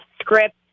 script